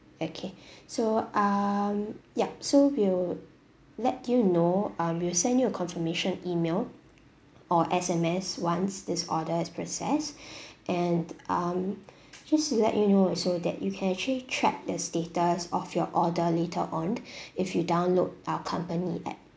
okay so um yup so we will let you know um we'll send you a confirmation email or S_M_S once this order has processed and um just to let you know also that you can actually track the status of your order later on if you download our company app